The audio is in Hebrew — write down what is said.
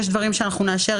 יש דברים שאנחנו נאשר.